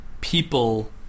people